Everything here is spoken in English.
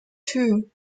two